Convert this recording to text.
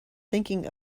thinking